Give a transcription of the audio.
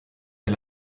est